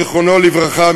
זיכרונו לברכה,